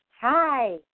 Hi